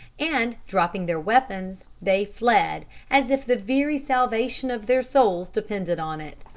and, dropping their weapons, they fled, as if the very salvation of their souls depended on it.